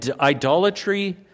idolatry